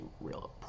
real